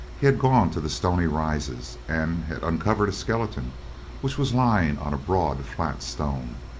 he had gone to the stoney rises, and had uncovered a skeleton which was lying on a broad flat stone.